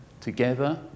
Together